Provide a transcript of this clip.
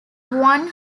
one